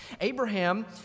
Abraham